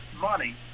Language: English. money